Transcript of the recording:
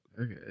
Okay